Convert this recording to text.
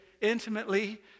intimately